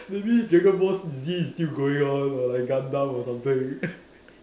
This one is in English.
maybe dragon ball Z is still going on or like Gundam or something